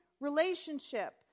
relationship